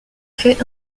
fait